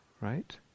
right